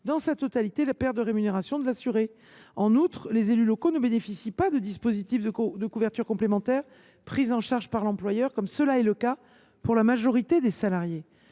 dans sa totalité, la perte de rémunération de l’assuré. En outre, les élus locaux ne bénéficient pas de dispositifs de couverture complémentaire pris en charge par l’employeur, comme cela est le cas pour la majorité des salariés.